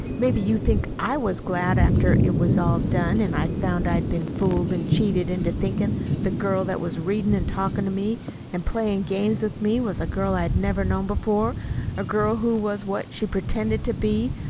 maybe you think i was glad after it was all done, and i found i'd been fooled and cheated into thinking the girl that was reading and talking to me and playing games with me was a girl i had never known before a girl who was what she pretended to be,